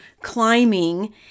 climbing